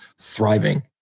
thriving